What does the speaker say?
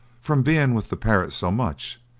from being with the parrot so much,